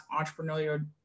entrepreneurial